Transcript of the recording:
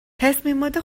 تصمیمات